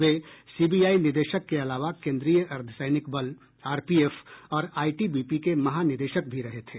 वे CBI निदेशक के अलावा केन्द्रीय अर्द्दसैनिक बल आरपीएफ और आईटीबीपी के महानिदेशक भी रहे थे